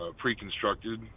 pre-constructed